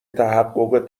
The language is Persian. تحقق